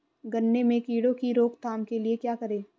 गन्ने में कीड़ों की रोक थाम के लिये क्या करें?